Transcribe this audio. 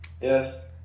Yes